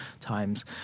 times